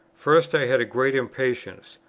first, i had a great impatience,